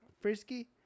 frisky